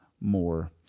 more